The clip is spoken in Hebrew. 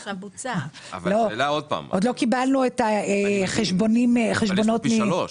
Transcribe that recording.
עוד לא קיבלנו את החשבונות --- אני מבין,